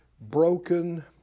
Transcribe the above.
broken